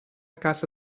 casa